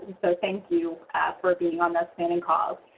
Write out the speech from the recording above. so thank you for being on those planning calls.